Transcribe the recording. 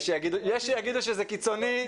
יש שיגידו שזה קיצוני.